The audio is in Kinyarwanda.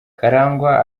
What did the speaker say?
karangwa